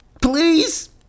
PLEASE